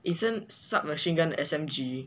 isn't sub machine gun S_M_G